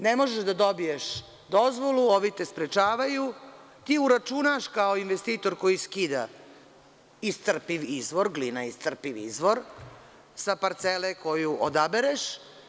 Ne možeš da dobiješ dozvolu, ovi te sprečavaju, ti uračunaš kao investitor koji skida iscrpiv izvor, glina je iscrpiv izvor, sa parcele koju odabereš.